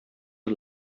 you